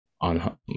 on